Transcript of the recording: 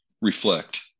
reflect